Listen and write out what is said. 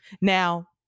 Now